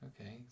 okay